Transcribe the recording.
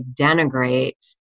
denigrate